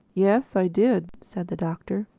yes i did, said the doctor,